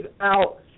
out